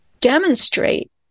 demonstrate